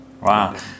wow